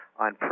on